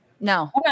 No